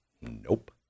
Nope